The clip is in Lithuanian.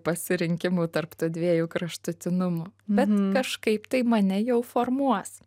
pasirinkimų tarp tų dviejų kraštutinumų bet kažkaip tai mane jau formuos